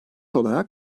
olarak